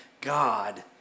God